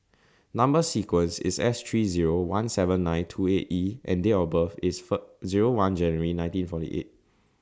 Number sequence IS S three Zero one seven nine two eight E and Date of birth IS For Zero one January nineteen forty eight